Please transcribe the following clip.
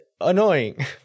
annoying